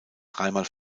dreimal